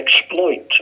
exploit